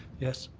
yes.